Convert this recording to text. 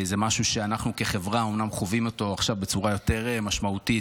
זה משהו שאנחנו כחברה אומנם חווים עכשיו בצורה יותר משמעותית,